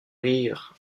rire